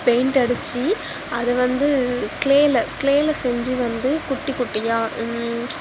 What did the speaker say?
paint அடிச்சு அது வந்து க்ளேயில் க்ளேயில் செஞ்சு வந்து குட்டி குட்டியாக